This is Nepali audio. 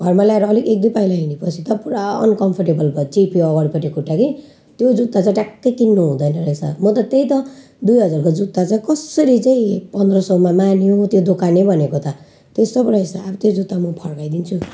घरमा ल्याएर अलिक एक दुई पाइलो हिँडेपछि त पुरा अनकम्फोर्टेबल भो चेप्यो अगाडिपट्टिको खुट्टा के त्यो जुत्ता चाहिँ ट्याक्कै किन्नुहुँदैन रहेछ म त त्यही त दुई हजारको जुत्ता चाहिँ कसरी चाहिँ पन्ध्र सौमा मान्यो त्यो दोकाने भनेको त त्यस्तो पो रहेछ अब त्यो जुत्ता म फर्काइदिन्छु